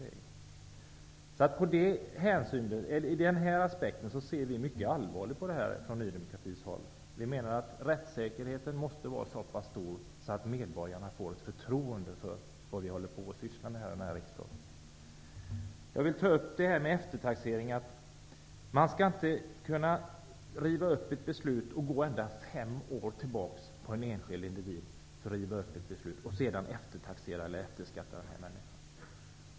Ur den här aspekten ser vi från Ny demokratis sida mycket allvarligt på det här. Vi menar att rättssäkerheten måste vara så stor att medborgarna får förtroende för vad vi sysslar med här i riksdagen. Jag vill också ta upp frågan om eftertaxering. Man skall inte kunna gå hela fem år tillbaka och riva upp ett beslut som gäller en enskild individ och sedan eftertaxera eller efterskatta den personen.